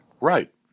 Right